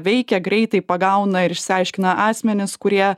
veikia greitai pagauna ir išsiaiškina asmenis kurie